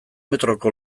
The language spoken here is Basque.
metroko